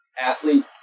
athlete